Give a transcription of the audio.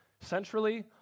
centrally